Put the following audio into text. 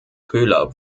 köhler